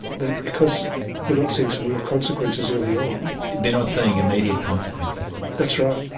that because they're not seeing some real consequences early on. they're not seeing immediate consequences? that's right.